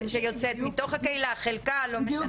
שיוצא מתוך הקהילה או מחלקה לא משנה.